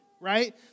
right